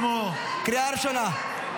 קריאה ראשונה.